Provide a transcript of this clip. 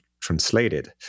translated